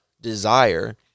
desire